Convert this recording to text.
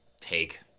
take